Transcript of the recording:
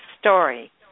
story